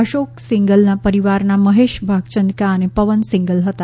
અશોક સિંઘલના પરિવારના મહેશ ભાગચંદ્કા અને પવન સિંઘલ હતા